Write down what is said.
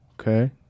Okay